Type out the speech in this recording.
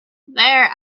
there